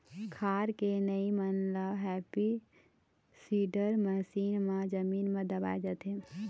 खार के नरई मन ल हैपी सीडर मसीन म जमीन म दबाए जाथे